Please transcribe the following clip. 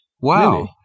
Wow